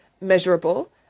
measurable